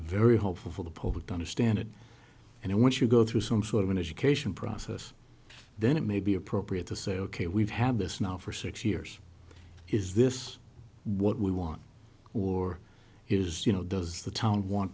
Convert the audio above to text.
very helpful for the public to understand it and once you go through some sort of an education process then it may be appropriate to say ok we've had this now for six years is this what we want or is you know does the town want